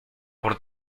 por